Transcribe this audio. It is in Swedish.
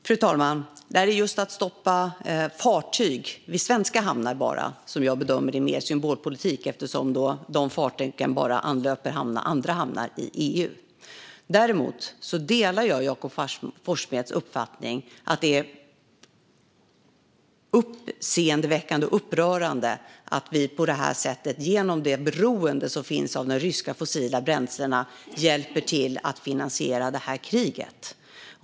Fru talman! Det är just att stoppa fartyg enbart vid svenska hamnar som jag bedömer är mer av symbolpolitik eftersom de fartygen då bara anlöper andra hamnar i EU. Däremot delar jag Jakob Forssmeds uppfattning att det är uppseendeväckande och upprörande att vi genom det beroende av de ryska fossila bränslena som finns hjälper till att finansiera det här kriget.